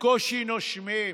בקושי נושמים,